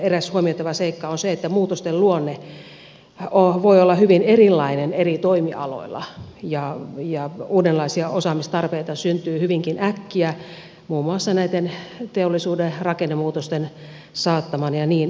eräs huomioitava seikka on se että muutosten luonne voi olla hyvin erilainen eri toimialoilla ja uudenlaisia osaamistarpeita syntyy hyvinkin äkkiä muun muassa näiden teollisuuden rakennemuutosten saattamina ja niin edelleen